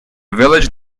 village